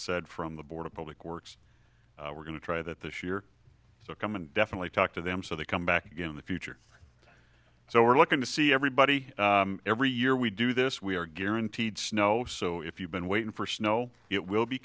said from the board of public works we're going to try that this year so come and definitely talk to them so they come back again in the future so we're looking to see everybody every year we do this we are guaranteed snow so if you've been waiting for snow it will be